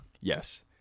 Yes